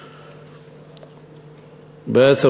בעצם,